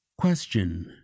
question